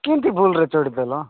କେମିତି ଭୁଲରେ ଚଢ଼ି ଥିଲ